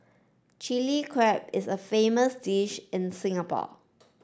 Chilli Crab is a famous dish in Singapore